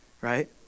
right